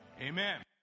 amen